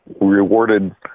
rewarded